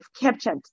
captured